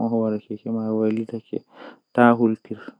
haa nder bernde am.